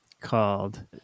called